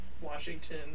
Washington